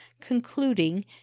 concluding